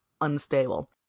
unstable